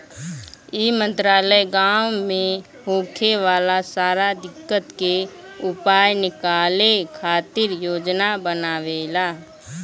ई मंत्रालय गाँव मे होखे वाला सारा दिक्कत के उपाय निकाले खातिर योजना बनावेला